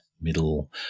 middle